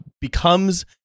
becomes –